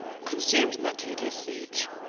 consumed in that tedious siege,